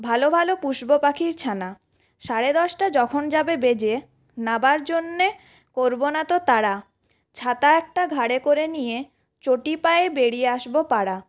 ভালো ভালো পুষবো পাখির ছানা সাড়ে দশটা যখন যাবে বেজে নাবার জন্যে করবো না তো তারা ছাতা একটা ঘারে করে নিয়ে চটি পায়ে বেরিয়ে আসবো পাড়া